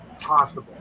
possible